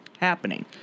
happening